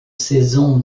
saison